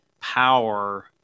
power